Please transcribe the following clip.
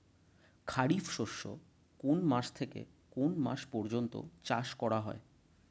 খারিফ শস্য কোন মাস থেকে কোন মাস পর্যন্ত চাষ করা হয়?